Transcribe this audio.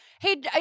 Hey